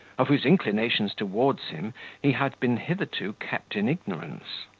of whose inclinations towards him he had been hitherto kept in ignorance.